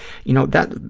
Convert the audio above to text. you know, that